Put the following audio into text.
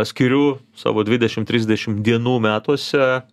skiriu savo dvidešim trisdešim dienų metuose